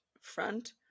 front